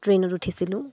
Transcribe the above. ট্ৰেইনত উঠিছিলোঁ